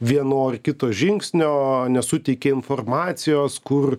vieno ar kito žingsnio nesuteikė informacijos kur